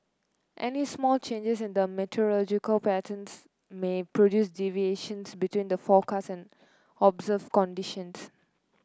any small changes in the meteorological patterns may produce deviations between the forecast and observed conditions